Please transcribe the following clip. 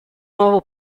nuovo